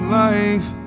life